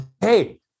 Hey